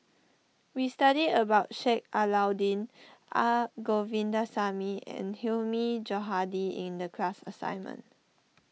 we studied about Sheik Alau'ddin Naa Govindasamy and Hilmi Johandi in the class assignment